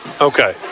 okay